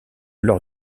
leur